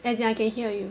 as in I can hear you